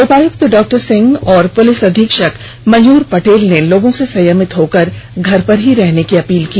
उपायुक्त डॉ सिंह व पुलिस अधीक्षक मयूर पटेल ने लोगों से संयभित होकर घर में ही रहने की अपील की